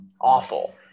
awful